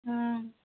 ಹಾಂ